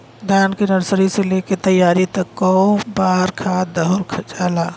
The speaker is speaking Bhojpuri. धान के नर्सरी से लेके तैयारी तक कौ बार खाद दहल जाला?